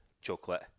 chocolate